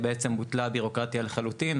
בעצם בוטלה הביורוקרטיה לחלוטין,